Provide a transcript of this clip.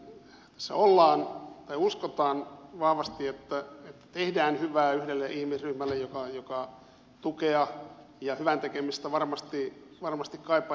tässä uskotaan vahvasti että tehdään hyvää yhdelle ihmisryhmälle joka tukea ja hyvän tekemistä varmasti kaipaa ja ansaitsee